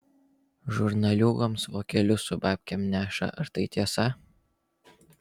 žurnaliūgoms vokelius su babkėm neša ar tai tiesa